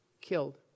killed